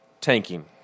tanking